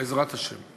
בעזרת השם.